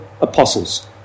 apostles